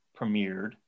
premiered